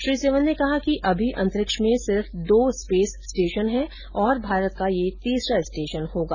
श्री सिवन ने कहा कि अभी अंतरिक्ष में सिर्फ दो स्पेस स्टेशन है और भारत का यह तीसरा स्टेशन होगा